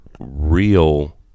real